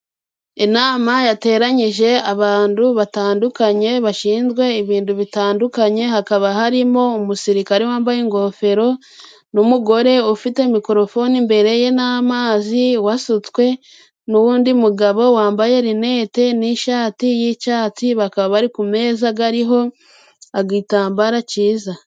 Inama yateranyije abantu batandukanye, bashinzwe ibintu bitandukanye, hakaba harimo umusirikare wambaye ingofero, n'umugore ufite mikorofone imbere ye n'amazi, wasutswe, n'undi mugabo wambaye rinete, n'ishati y'icyatsi, bakaba bari ku meza ariho igitambaro cyiza.